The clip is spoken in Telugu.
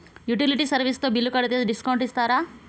యుటిలిటీ సర్వీస్ తో బిల్లు కడితే డిస్కౌంట్ ఇస్తరా?